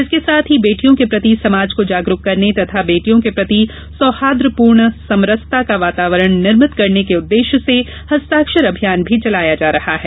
इसके साथ ही बेटियों के प्रति समाज को जागरूक करने तथा बेटियों के प्रति सौहाई पूर्ण समरसता का वातावरण निर्मित करने के उद्देश्य से हस्ताक्षर अभियान भी चलाया जा रहा है